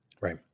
Right